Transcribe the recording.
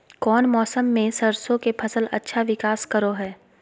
कौन मौसम मैं सरसों के फसल अच्छा विकास करो हय?